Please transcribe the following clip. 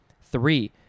Three